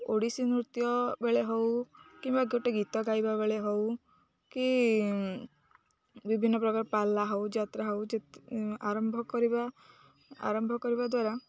ଓଡ଼ିଶୀ ନୃତ୍ୟ ବେଳେ ହେଉ କିମ୍ବା ଗୋଟେ ଗୀତ ଗାଇବା ବେଳେ ହେଉ କି ବିଭିନ୍ନ ପ୍ରକାର ପାଲା ହେଉ ଯାତ୍ରା ହେଉ ଆରମ୍ଭ କରିବା ଆରମ୍ଭ କରିବା ଦ୍ୱାରା